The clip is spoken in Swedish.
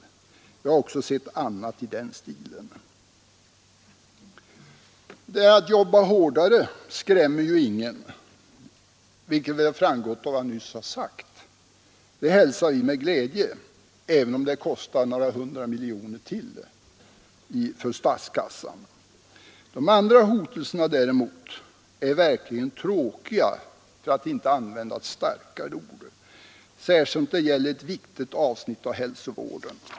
Vi har också sett annat i den stilen. Det där att ”jobba hårdare” skrämmer ingen, och det framgår också av vad jag nyss sagt. Det hälsar vi med glädje, även om det kostar några hundra miljoner till för statskassan. De andra hotelserna däremot är verkligen tråkiga, särskilt som det gäller ett viktigt avsnitt av hälsovården.